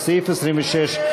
לסעיף 26,